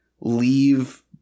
leave